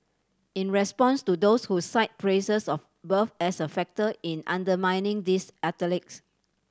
in response to those who cite places of birth as a factor in undermining these athletes